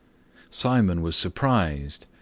simon was surprised.